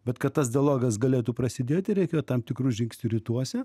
bet kad tas dialogas galėtų prasidėti reikėjo tam tikrų žingsnių rytuose